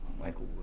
Michael